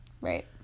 Right